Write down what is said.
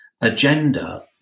agenda